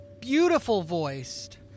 beautiful-voiced